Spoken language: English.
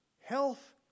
health